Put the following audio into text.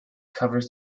covers